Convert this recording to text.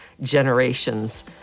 Generations